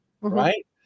Right